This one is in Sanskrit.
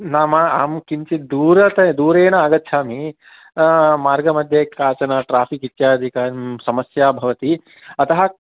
नाम अहं किञ्चित् दूरेण आगच्छामि मार्गमध्ये काचन ट्राफ़िक् इत्यादिकं समस्या भवति अतः